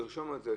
לרשום את זה?